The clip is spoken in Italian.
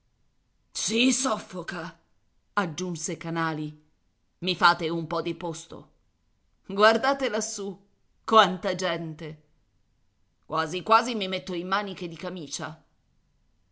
si soffoca aggiunse anali i fate un po di posto guardate lassù quanta gente quasi quasi mi metto in maniche di camicia